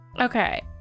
Okay